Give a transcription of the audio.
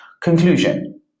Conclusion